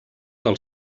del